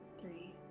three